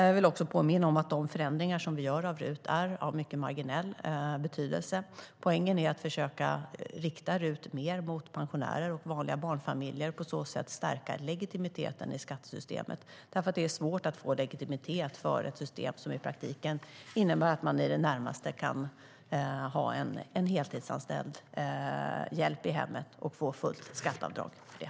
Jag vill också påminna om att de förändringar vi gör i RUT är av mycket marginell betydelse. Poängen är att försöka rikta RUT mer mot pensionärer och vanliga barnfamiljer och på så sätt stärka legitimiteten i skattesystemet. Det är svårt att få legitimitet för ett system som i praktiken innebär att man i det närmaste kan ha heltidsanställd hjälp i hemmet och få fullt skatteavdrag för det.